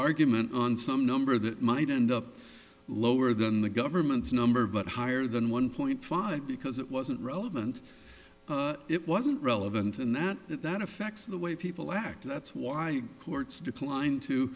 argument on some number that might end up lower than the government's number but higher than one point five because it wasn't relevant it wasn't relevant and that that affects the way people act that's why courts decline to